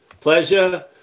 pleasure